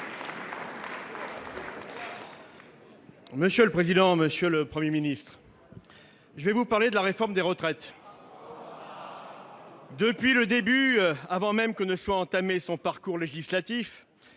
et républicain. Monsieur le Premier ministre, je vais vous parler de la réforme des retraites. Depuis le début, avant même que ne soit entamé le parcours législatif